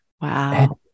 Wow